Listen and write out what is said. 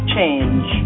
Change